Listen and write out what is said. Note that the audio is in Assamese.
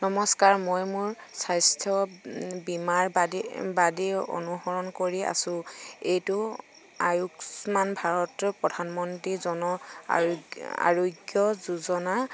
নমস্কাৰ মই মোৰ স্বাস্থ্য বীমাৰ বাদি অনুসৰণ কৰি আছোঁ এইটো আয়ুষ্মান ভাৰত প্ৰধানমন্ত্ৰী জন আৰোগ্য যোজনা